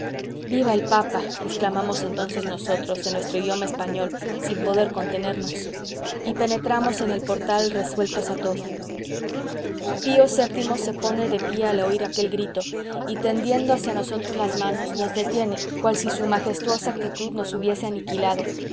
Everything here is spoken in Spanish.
viva el papa exclamamos entonces nosotros en nuestro idioma español sin poder contenernos y penetramos en el portal resueltos a todo pío vii se pone de pie al oír aquel grito y tendiendo hacia nosotros las manos nos detiene cual si su majestuosa actitud nos hubiese aniquilado